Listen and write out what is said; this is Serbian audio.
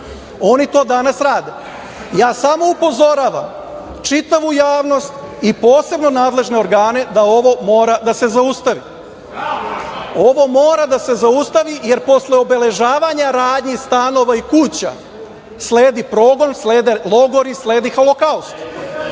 Oni to danas rade. Ja samo upozoravam čitavu javnost, posebno nadležne organe, da ovo mora da se zaustavi. Ovo mora da se zaustavi jer posle obeležavanja radnji, stanova i kuća sledi progon, slede logori, sledi Holokaust.